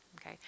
Okay